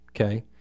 Okay